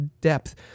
depth